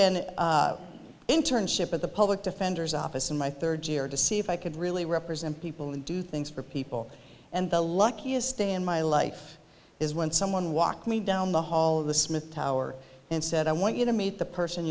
in internship at the public defender's office in my third year to see if i could really represent people and do things for people and the luckiest day in my life is when someone walked me down the hall of the smith tower and said i want you to meet the person